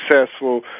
successful